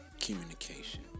communication